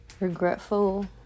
regretful